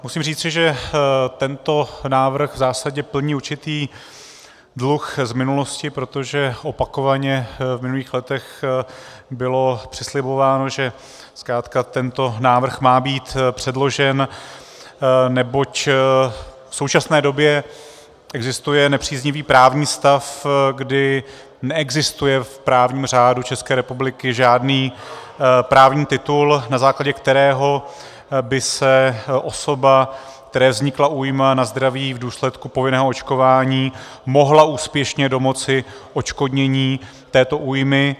Musím říci, že tento návrh v zásadě plní určitý dluh z minulosti, protože opakovaně v minulých letech bylo přislibováno, že zkrátka tento návrh má být předložen, neboť v současné době existuje nepříznivý právní stav, kdy neexistuje v právním řádu České republiky žádný právní titul, na základě kterého by se osoba, které vznikla újma na zdraví v důsledku povinného očkování, mohla úspěšně domoci odškodnění této újmy.